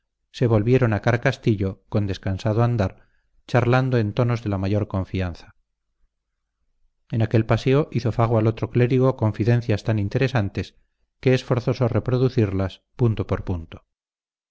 se volvieron a carcastillo con descansado andar charlando en tonos de la mayor confianza en aquel paseo hizo fago al otro clérigo confidencias tan interesantes que es forzoso reproducirlas punto por punto